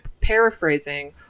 paraphrasing